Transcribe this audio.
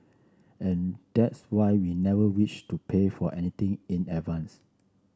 and that's why we never wished to pay for anything in advance